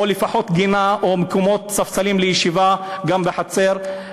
או לפחות גינה, או מקומות, ספסלים לישיבה גם בחצר.